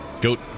goat